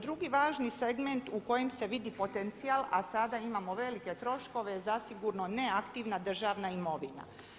Drugi važni segment u kojem se vidi potencijal, a sada imamo velike troškove zasigurno neaktivna državna imovina.